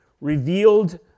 revealed